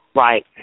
Right